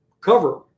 cover